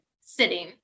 sitting